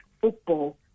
football